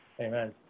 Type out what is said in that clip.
Amen